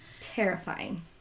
Terrifying